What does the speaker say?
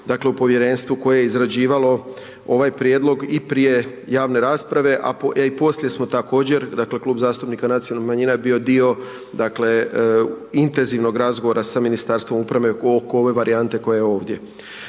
dakle u povjerenstvu koje je izrađivalo ovaj prijedlog i prije javne rasprave a i poslije smo također dakle klub zastupnika nacionalnih manjina je bio dio dakle intenzivnog razgovora sa Ministarstvom uprave oko ove varijante koja je ovdje.